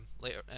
later